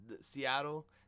Seattle